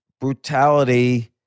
brutality